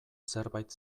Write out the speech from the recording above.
zerbait